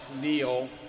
Neil